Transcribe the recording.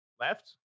left